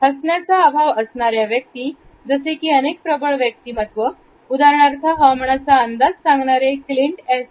हसण्याचा अभाव असणाऱ्या व्यक्ती जसे की अनेक प्रबळ व्यक्तिमत्व उदाहरणार्थ हवामानाचा अंदाज सांगणारे क्लिंट एस